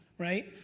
right?